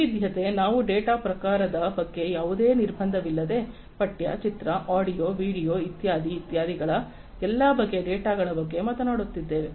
ವೈವಿಧ್ಯತೆ ನಾವು ಡೇಟಾ ಪ್ರಕಾರದ ಬಗ್ಗೆ ಯಾವುದೇ ನಿರ್ಬಂಧವಿಲ್ಲದೆ ಪಠ್ಯ ಚಿತ್ರ ಆಡಿಯೋ ವಿಡಿಯೋ ಇತ್ಯಾದಿ ಇತ್ಯಾದಿಗಳ ಎಲ್ಲಾ ಬಗೆಯ ಡೇಟಾಗಳ ಬಗ್ಗೆ ಮಾತನಾಡುತ್ತಿದ್ದೇವೆ